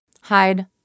Hide